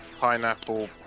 pineapple